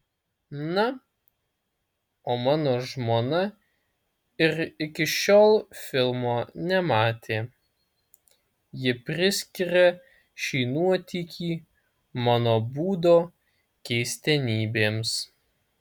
na o mano žmona ir iki šiol filmo nematė ji priskiria šį nuotykį mano būdo keistenybėms